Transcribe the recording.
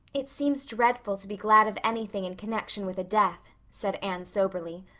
it seems dreadful to be glad of anything in connection with a death, said anne soberly.